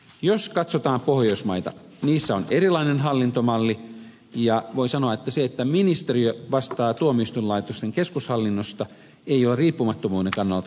jos katsotaan pohjoismaita niissä on erilainen hallintomalli ja voi sanoa että se että ministeriö vastaa tuomioistuinlaitosten keskushallinnosta ei ole riippumattomuuden kannalta ongelmatonta